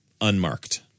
unmarked